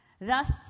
Thus